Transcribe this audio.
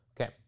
Okay